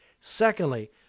Secondly